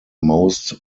most